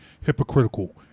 hypocritical